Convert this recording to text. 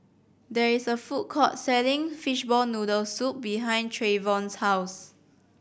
there is a food court selling fishball noodle soup behind Treyvon's house